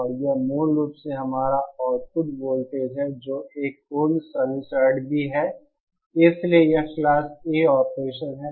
और यह मूल रूप से हमारा आउटपुट वोल्टेज है जो एक पूर्ण साइनसॉइड भी है इसलिए यह क्लास A ऑपरेशन है